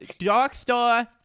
Darkstar